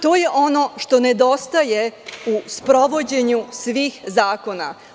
To je ono što nedostaje u sprovođenju svih zakona.